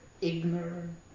ignorant